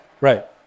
Right